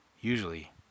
Usually